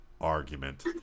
argument